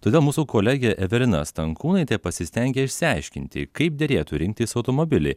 todėl mūsų kolegė evelina stankūnaitė pasistengė išsiaiškinti kaip derėtų rinktis automobilį